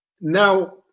Now